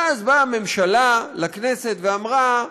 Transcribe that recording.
ואז באה הממשלה לכנסת ואמרה: